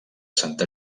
santa